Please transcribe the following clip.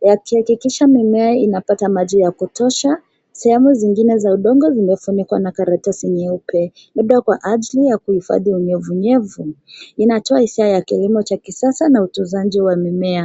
Yakihakikisha mimea inapata maji ya kutosha, sehemu zingine za udongo zimefunikwa na karatasi nyeupe, labda kwa ajili ya kuhifadhi unyevunyevu. Inatoa hisia ya kilimo cha kisasa na utunzaji wa mimea.